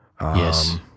Yes